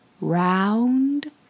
round